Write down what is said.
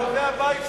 הבית שלכם.